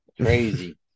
Crazy